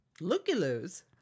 Looky-loos